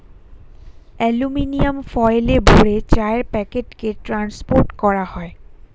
aluminium ফয়েলে ভরে চায়ের প্যাকেটকে ট্রান্সপোর্ট করা হয়